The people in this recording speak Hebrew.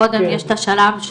קודם יש את השלב,